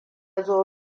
zo